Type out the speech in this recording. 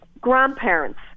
grandparents